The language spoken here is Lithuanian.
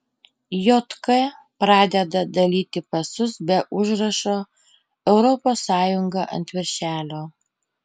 jk pradeda dalyti pasus be užrašo europos sąjunga ant viršelio